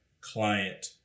client